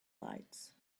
lights